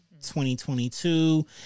2022